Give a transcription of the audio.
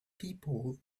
people